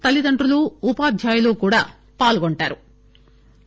తల్లిదండ్రులు ఉపాధ్యాయులు కూడా పాల్గొంటారు